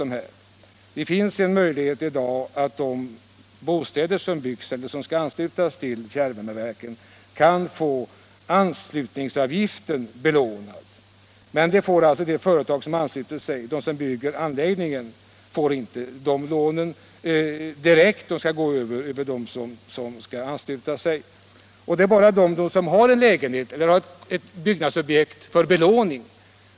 F.n. finns den möjligheten att de bostäder som skall anslutas till fjärrvärmeverket får anslutningsavgiften belånad, men de företag som bygger anläggningen får inte de lånen direkt, utan de skall gå över de bostäder som skall anslutas. Det gäller bara dem som har en lägenhet eller ett byggnadsobjekt för belåning.